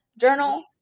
journal